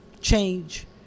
change